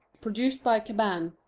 produced by cabanne.